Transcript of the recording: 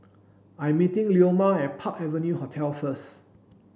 I'm meeting Leoma at Park Avenue Hotel first